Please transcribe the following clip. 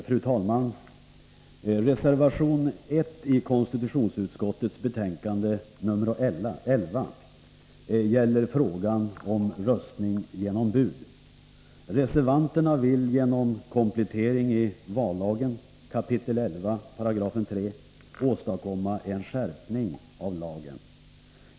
Fru talman! Reservation 1 i konstitutionsutskottets betänkande nr 11 gäller frågan om röstning genom ombud. Reservanterna vill genom komplettering av vallagen, 11 kap. 3 § åstadkomma en skärpning av lagen.